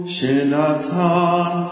Shenatan